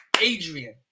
Adrian